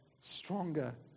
stronger